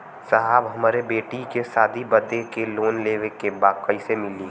साहब हमरे बेटी के शादी बदे के लोन लेवे के बा कइसे मिलि?